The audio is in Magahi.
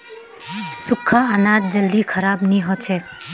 सुख्खा अनाज जल्दी खराब नी हछेक